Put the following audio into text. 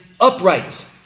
upright